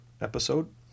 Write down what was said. episode